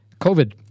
COVID